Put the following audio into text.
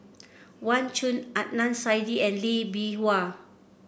Wang Chunde Adnan Saidi and Lee Bee Wah